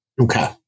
Okay